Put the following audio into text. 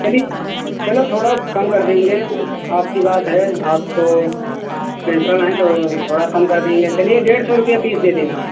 चलिए चलो थोड़ा कम कर देंगे आपकी बात है आप तो प्रिंसिपल है तो थोड़ा कम कर देंगे चलिए डेढ़ सौ रुपये पीस दे देना